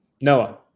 Noah